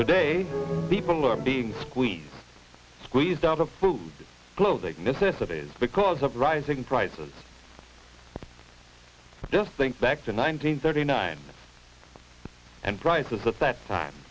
today people are being squeezed squeezed out of food clothing mississippi's because of rising prices just think back to nineteen thirty nine and prices at that time